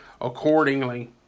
accordingly